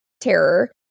terror